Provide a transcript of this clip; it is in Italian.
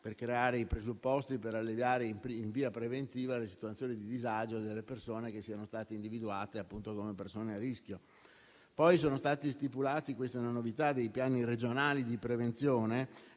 per creare i presupposti per alleviare in via preventiva le situazioni di disagio delle persone che siano state individuate come soggetti a rischio. Inoltre sono stati stipulati - questa è una novità - dei piani regionali di prevenzione